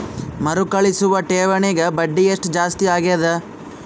ಮರುಕಳಿಸುವ ಠೇವಣಿಗೆ ಬಡ್ಡಿ ಎಷ್ಟ ಜಾಸ್ತಿ ಆಗೆದ?